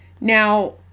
Now